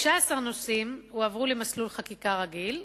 19 נושאים הועברו למסלול חקיקה רגיל,